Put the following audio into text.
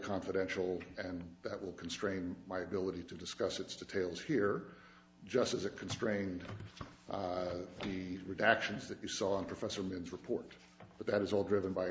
confidential and that will constrain my ability to discuss its details here just as a constraint the redactions that you saw in professor means report but that is all driven by